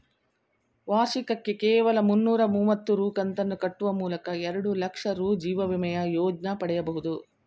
ವಾರ್ಷಿಕಕ್ಕೆ ಕೇವಲ ಮುನ್ನೂರ ಮುವತ್ತು ರೂ ಕಂತನ್ನು ಕಟ್ಟುವ ಮೂಲಕ ಎರಡುಲಕ್ಷ ರೂ ಜೀವವಿಮೆಯ ಯೋಜ್ನ ಪಡೆಯಬಹುದು